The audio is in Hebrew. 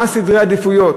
מה סדר העדיפויות,